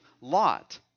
Lot